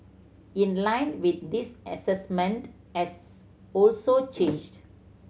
in line with this assessment has also changed